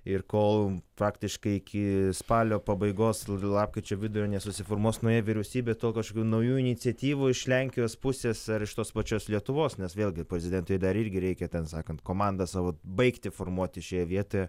ir kol faktiškai iki spalio pabaigos lapkričio vidurio nesusiformuos nauja vyriausybė tol kažkokių naujų iniciatyvų iš lenkijos pusės ar iš tos pačios lietuvos nes vėlgi prezidentui dar irgi reikia ten sakant komandą savo baigti formuoti šioje vietoje